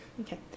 Okay